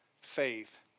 faith